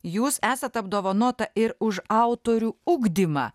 jūs esat apdovanota ir už autorių ugdymą